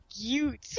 cute